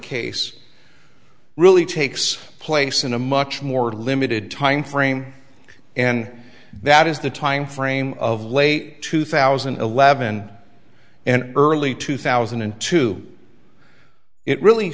case really takes place in a much more limited timeframe and that is the time frame of late two thousand and eleven and early two thousand and two it really